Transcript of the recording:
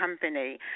company